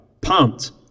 pumped